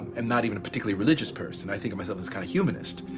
and not even a particularly religious person. i think of myself as kind of humanist.